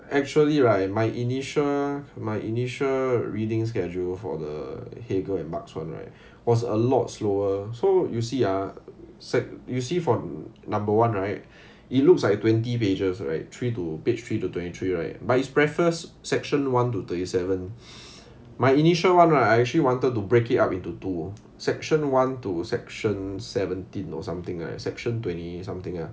actually right my initial my initial reading schedule for the hegel and marx one right was a lot slower so you see ah you see for number one right it looks like twenty pages right three to page three to twenty three right by it's preface section one to thirty seven my initial one right I actually wanted to break it up into two section one to section seventeen or something right section twenty something ah